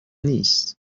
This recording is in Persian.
نیست